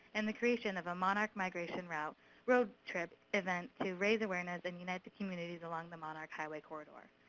and the creation of a monarch migration route road trip events to raise awareness and unite the communities along the monarch highway corridor.